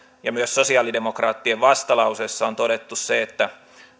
myös sosiaalidemokraattien vastalauseessa on todettu se että